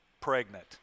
pregnant